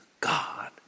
God